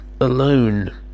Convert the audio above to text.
Alone